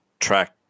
track